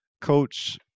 Coach